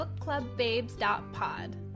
bookclubbabes.pod